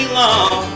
long